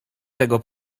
tego